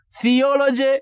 theology